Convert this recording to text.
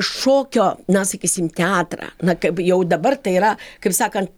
šokio na sakysim teatrą na kaip jau dabar tai yra kaip sakan